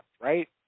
right